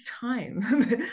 time